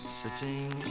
sitting